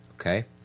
Okay